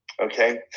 Okay